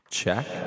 check